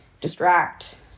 distract